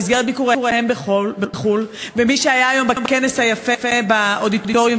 במסגרת ביקוריהם בחו"ל ומי שהיה היום בכנס היפה באודיטוריום,